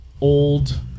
old